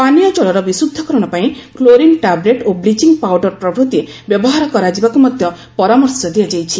ପାନୀୟ ଜଳର ବିଶୁଦ୍ଧକରଣ ପାଇଁ କ୍ଲୋରିନ୍ ଟାବ୍ଲେଟ୍ ଓ ବ୍ଲିଚିଙ୍ଗ୍ ପାଉଡର ପ୍ରଭୂତି ବ୍ୟବହାର କରାଯିବାକୁ ମଧ୍ୟ ପରାମର୍ଶ ଦିଆଯାଇଛି